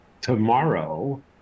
tomorrow